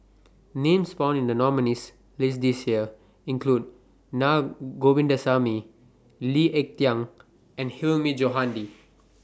Names found in The nominees' list This Year include Na Govindasamy Lee Ek Tieng and Hilmi Johandi